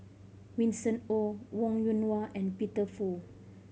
Winston Oh Wong Yoon Wah and Peter Fu